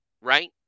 right